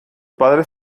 padres